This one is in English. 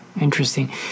Interesting